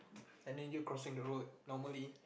and then you crossing the road normally